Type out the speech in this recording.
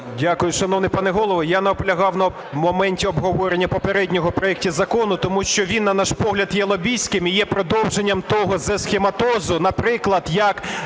Дякую, шановний пане Голово. Я наполягав на моменті обговорення попередньому проекту закону, тому що він, на наш погляд, є лобістський і є продовженням того ж схематозу, наприклад, як